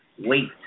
wait